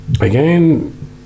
again